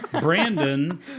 Brandon